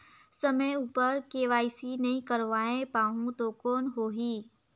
समय उपर के.वाई.सी नइ करवाय पाहुं तो कौन होही?